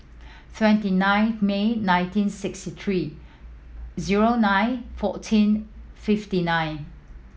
twenty nine May nineteen sixty three zero nine fourteen fifty nine